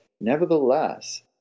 nevertheless